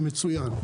מצוין.